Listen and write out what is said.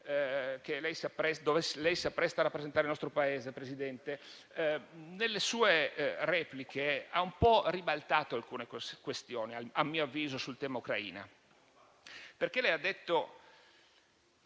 quale si appresta a rappresentare il nostro Paese, Presidente. Nelle sue repliche ha ribaltato alcune questioni, a mio avviso, sul tema dell'Ucraina, perché ha detto